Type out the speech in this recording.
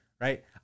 right